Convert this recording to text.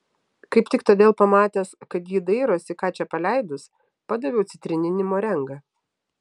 kaip tik todėl pamatęs kad ji dairosi ką čia paleidus padaviau citrininį morengą